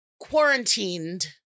quarantined